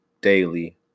daily